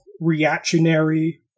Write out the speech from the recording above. reactionary